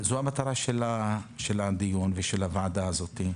זו המטרה של הדיון ושל הוועדה הזאת,